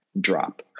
drop